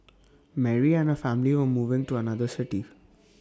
Mary and her family were moving to another city